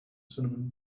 cinnamon